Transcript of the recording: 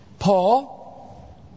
Paul